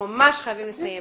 הישיבה נעולה.